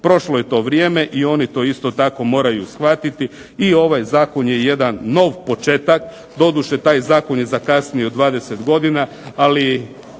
Prošlo je to vrijeme i oni to isto tako moraju shvatiti i ovaj zakon je jedan nov početak, doduše taj zakon je zakasnio 20 godina, ali